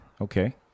Okay